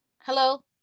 Hello